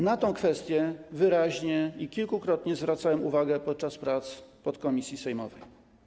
Na tę kwestię wyraźnie i kilkukrotnie zwracałem uwagę podczas prac podkomisji sejmowej.